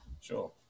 Sure